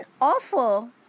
offer